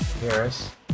Harris